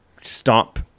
stop